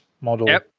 model